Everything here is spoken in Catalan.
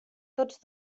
tots